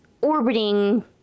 orbiting